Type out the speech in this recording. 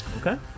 Okay